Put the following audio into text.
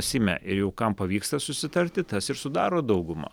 seime ir jau kam pavyksta susitarti tas ir sudaro daugumą